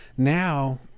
now